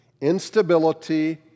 Instability